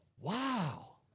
wow